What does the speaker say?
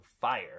fire